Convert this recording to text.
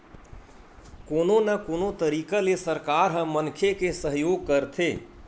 कोनो न कोनो तरिका ले सरकार ह मनखे के सहयोग करथे